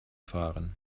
fahren